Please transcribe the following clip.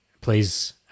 please